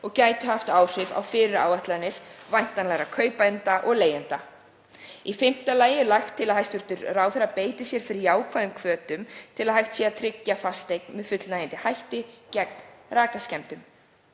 og gætu haft áhrif á fyrirætlanir væntanlegra kaupenda og leigjenda. Í fimmta lagi er lagt til að hæstv. ráðherra beiti sér fyrir jákvæðum hvötum til að hægt sé að tryggja fasteign með fullnægjandi hætti gegn rakaskemmdum.